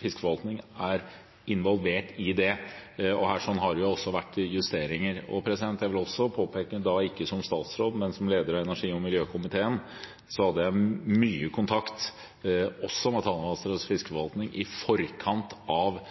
fiskeforvaltning er involvert i det. Her har det også vært justeringer. Jeg vil også påpeke at jeg – ikke som statsråd, men som daværende leder av energi- og miljøkomiteen – hadde mye kontakt også med Tanavassdragets fiskeforvaltning i forkant av